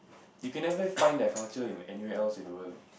we can never find their culture in anywhere else in the world